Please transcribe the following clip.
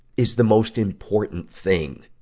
is the most important thing.